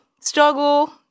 struggle